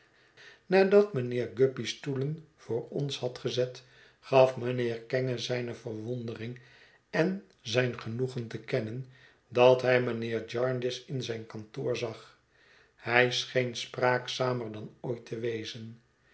nadat mijnheer guppy stoelen voor ons had gezet gaf mijnheer kenge zijne verwondering en zijn genoegen te kennen dat hij mijnheer jarndyce in zijn kantoor zag hij scheen spraakzamer dan ooit te wezen